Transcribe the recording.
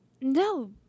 no